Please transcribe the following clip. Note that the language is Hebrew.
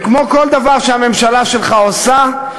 וכמו כל דבר שהממשלה שלך עושה,